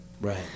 right